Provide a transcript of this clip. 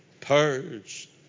purged